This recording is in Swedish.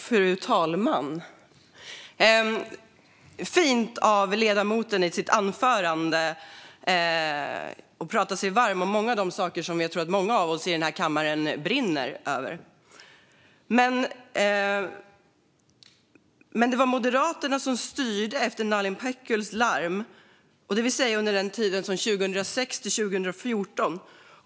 Fru talman! Det var fint av ledamoten att i sitt anförande tala sig varm för många av de saker som jag tror att många av oss i den här kammaren brinner för. Men det var Moderaterna som styrde efter Nalin Pekguls larm, det vill säga under tiden från 2006 till 2014.